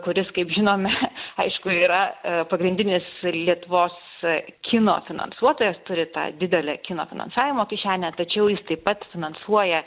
kuris kaip žinome aišku yra pagrindinis lietuvos kino finansuotojas turi tą didelę kino finansavimo kišenę tačiau jis taip pat finansuoja